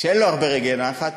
שאין לו הרבה רגעי נחת,